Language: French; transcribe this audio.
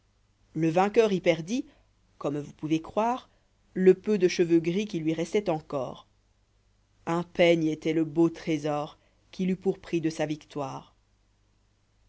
le vainqueur y perdit comme vous pouvez croire le peu de cheveux gris qui lui restoient encor un peigne étoit le beau trésor qu'il eut pour prix de sa victoire